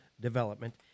Development